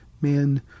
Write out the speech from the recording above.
man